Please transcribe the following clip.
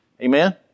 Amen